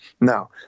Now